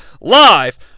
live